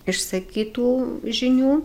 išsakytų žinių